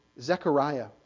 Zechariah